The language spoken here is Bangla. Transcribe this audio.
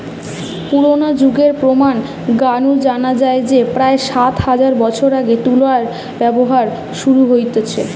পুরনা যুগের প্রমান গা নু জানা যায় যে প্রায় সাত হাজার বছর আগে তুলার ব্যবহার শুরু হইথল